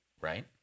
Right